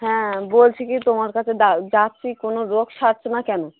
হ্যাঁ বলছি কি তোমার কাছে যাচ্ছি কোনো রোগ সারছে না কেন